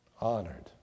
Honored